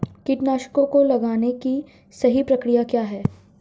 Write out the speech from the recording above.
कीटनाशकों को लगाने की सही प्रक्रिया क्या है?